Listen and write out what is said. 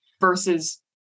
versus